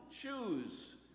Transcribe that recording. choose